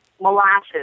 molasses